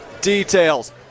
details